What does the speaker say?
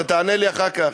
אתה תענה לי אחר כך.